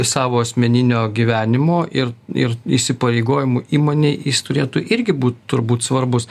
savo asmeninio gyvenimo ir ir įsipareigojimų įmonei jis turėtų irgi būt turbūt svarbus